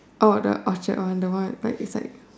the Orchard one that one is is like